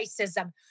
racism